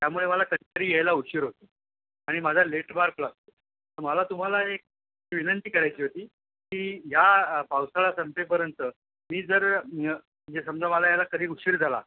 त्यामुळे मला कधीतरी यायला उशीर होतो आणि माझा लेट मार्क लागतो तर मला तुम्हाला एक विनंती करायची होती की या पावसाळा संपेपर्यंत मी जर म्हणजे समजा मला यायला कधी उशीर झाला